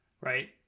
right